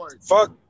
Fuck